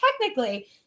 technically